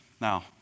Now